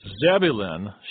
Zebulun